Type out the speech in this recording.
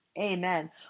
Amen